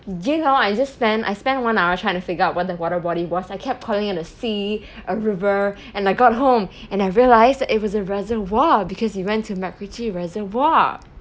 do you know what I just spent I spent one hour trying to figure out what the water body was I kept calling it a sea a river and I got home and I realised it was a reservoir because we went to macritchie reservoir